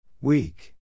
Weak